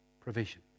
provision